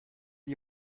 die